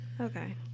Okay